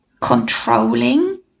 controlling